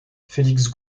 félix